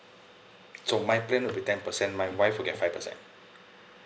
so my plan will be ten percent my wife will get five percent